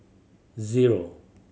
zero